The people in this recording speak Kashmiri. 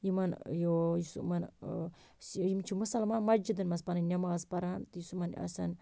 یِمَن یُس یِمَن یِم چھِ مُسَلمان مَسجِدَن مَنٛز پنٕنۍ نماز پَران تہِ یُس یِمَن آسان